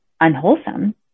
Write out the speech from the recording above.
unwholesome